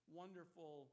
wonderful